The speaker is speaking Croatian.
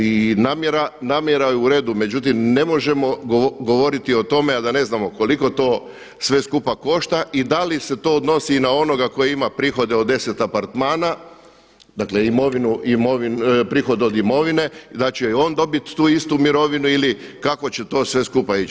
I namjera, namjera je u redu, međutim ne možemo govoriti o tome a da ne znamo koliko to sve skupa koša i da li se to odnosi i na onoga koji ima prihode od 10 apartmana, dakle imovinu, prihod od imovine, da će i on dobiti tu istu mirovinu ili kako će to sve skupa ići.